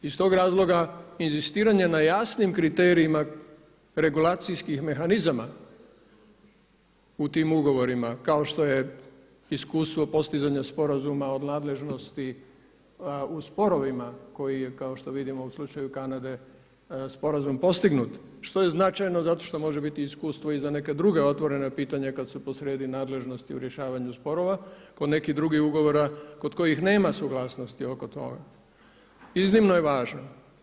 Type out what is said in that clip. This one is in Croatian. Iz tog razloga inzistiranje na jasnim kriterijima regulacijskih mehanizama u tim ugovorima kao što je iskustvo postizanja Sporazuma o nadležnosti u sporovima koji je kao što vidimo u slučaju Kanade sporazum postignut što je značajno zato što može biti iskustvo i za neka druga otvorena pitanja kada su posrijedi nadležnosti u rješavanju sporova, kod nekih drugih ugovora kod kojih nema suglasnosti oko toga, iznimno je važno.